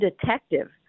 Detective